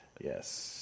Yes